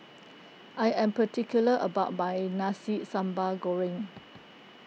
I am particular about my Nasi Sambal Goreng